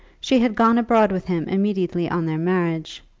she had gone abroad with him immediately on their marriage,